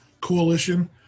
coalition